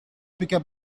pickup